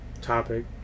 topic